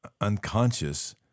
unconscious